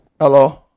Hello